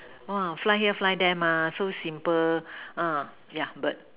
!wah! fly here fly there mah so simple uh yeah bird